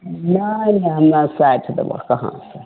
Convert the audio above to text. नहि नहि हमे आर साठि देबो कहाँ